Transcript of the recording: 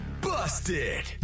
busted